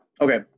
okay